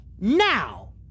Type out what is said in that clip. Now